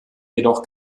jedoch